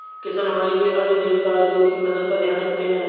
किसान हमारे लिए अन्न देवता है, जो की फसल का ध्यान रखते है